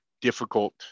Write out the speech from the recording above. difficult